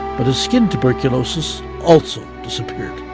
but a skin tuberculosis also disappeared.